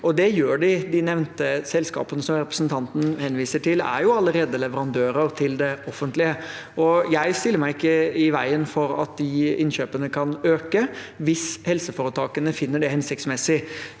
det gjør de. De nevnte selskapene, som representanten Hoksrud henviser til, er allerede leverandører til det offentlige. Jeg stiller meg ikke i veien for at de innkjøpene kan øke hvis helseforetakene finner det hensiktsmessig.